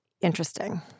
interesting